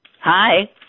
Hi